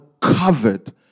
covered